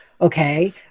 Okay